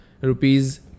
rupees